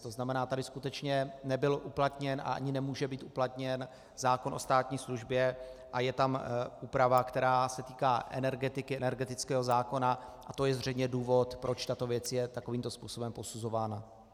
To znamená, tady skutečně nebyl uplatněn a ani nemůže být uplatněn zákon o státní službě a je tam úprava, která se týká energetiky, energetického zákona, a to je zřejmě důvod, proč tato věc je takovýmto způsobem posuzována.